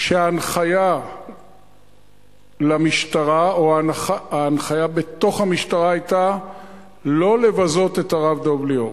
שההנחיה למשטרה או ההנחיה בתוך המשטרה היתה לא לבזות את הרב דב ליאור